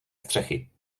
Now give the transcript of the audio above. střechy